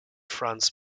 franz